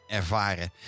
ervaren